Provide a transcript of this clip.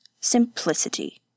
Simplicity